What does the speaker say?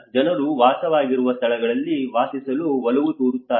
ಜನರು ವಾಸವಾಗಿರುವ ಸ್ಥಳಗಳಲ್ಲಿ ವಾಸಿಸಲು ಒಲವು ತೋರುತ್ತಾರೆ